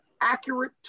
accurate